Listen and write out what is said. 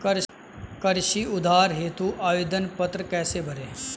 कृषि उधार हेतु आवेदन पत्र कैसे भरें?